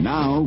Now